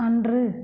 அன்று